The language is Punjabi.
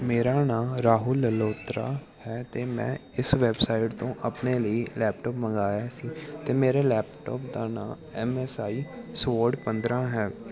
ਮੇਰਾ ਨਾਂ ਰਾਹੁਲ ਲਲੋਤਰਾ ਹੈ ਅਤੇ ਮੈਂ ਇਸ ਵੈਬਸਾਈਟ ਤੋਂ ਆਪਣੇ ਲਈ ਲੈਪਟੋਪ ਮੰਗਾਇਆ ਸੀ ਅਤੇ ਮੇਰੇ ਲੈਪਟੋਪ ਦਾ ਨਾਂ ਐਮ ਐਸ ਆਈ ਸੋਡ ਪੰਦਰਾਂ ਹੈ